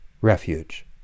refuge